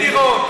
זאת בדיחה.